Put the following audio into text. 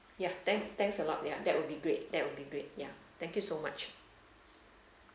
ya thanks thanks a lot ya that will be great that will be great ya thank you so much